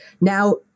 Now